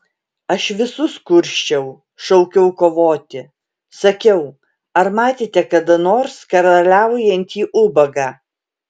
aš visus kursčiau šaukiau kovoti sakiau ar matėte kada nors karaliaujantį ubagą